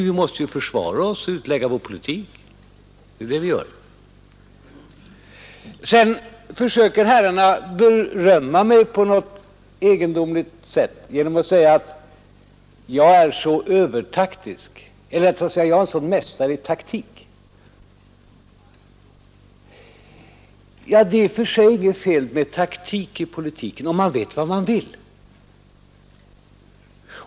Vi måste ju försvara oss och utlägga vår politik. Det är det vi gör. Herrarna försöker sedan berömma mig på något egendomligt sätt genom att säga att jag är en mästare i taktik. Det är i och för sig inget fel med taktik i politiken, om man vet vad man vill.